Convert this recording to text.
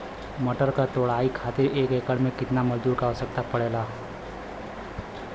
मटर क तोड़ाई खातीर एक एकड़ में कितना मजदूर क आवश्यकता पड़ेला?